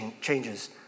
changes